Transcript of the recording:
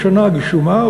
בשנה גשומה,